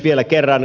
vielä kerran